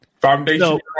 Foundation